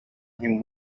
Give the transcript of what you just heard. him